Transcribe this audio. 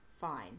fine